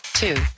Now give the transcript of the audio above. two